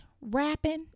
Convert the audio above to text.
rapping